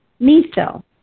Miso